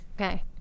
okay